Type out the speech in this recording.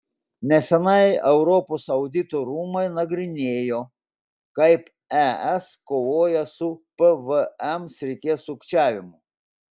neseniai europos audito rūmai nagrinėjo kaip es kovoja su pvm srities sukčiavimu